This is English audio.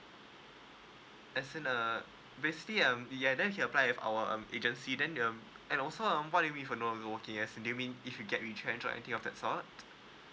as in uh basically um yeah then he can apply of our um agency then um and also um what do you mean for non working as in do you mean if you get retrenched or anything of that sort